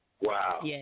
Wow